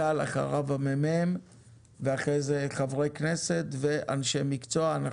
אחרי זה חברי כנסת ואנשי מקצוע.